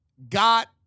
Got